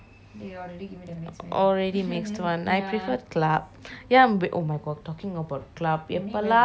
already mixed [one] I prefer club ya oh my god talking about club எப்ப:eppe lah club திரப்பான்:torepaan